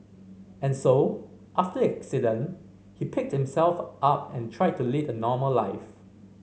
and so after the accident he picked himself up and tried to lead a normal life